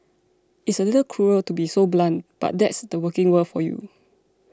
it's a little cruel to be so blunt but that's the working world for you